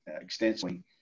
extensively